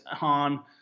on